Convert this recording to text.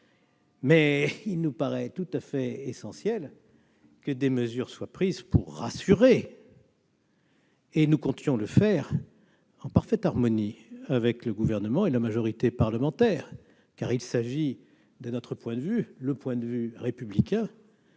mais il nous paraît tout à fait essentiel que des mesures soient prises pour les rassurer. Nous comptions le faire en parfaite harmonie avec le Gouvernement et la majorité de l'Assemblée nationale, car cela répond, de notre point de vue, qui est un point de vue républicain,